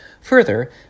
Further